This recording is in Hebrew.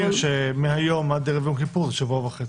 אני רק מזכיר שמהיום עד ערב יום כיפור זה שבוע וחצי.